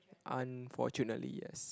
unfortunately yes